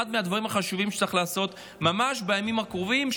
הדברים החשובים שצריך לעשות ממש בימים הקרובים,